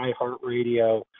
iHeartRadio